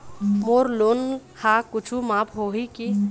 मोर loan हा कुछू माफ होही की?